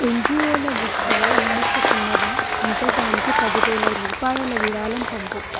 ఎన్జిఓల లిస్టులో యునిసెఫ్ ఉన్నదా ఉంటే దానికి పదివేల రూపాయల విరాళం పంపు